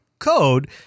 code